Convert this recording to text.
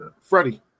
Freddie